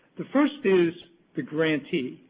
the first is the grantee,